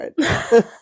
right